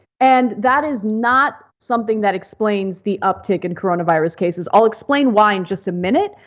and that is not something that explains the uptick in coronavirus cases, i'll explain why in just a minute.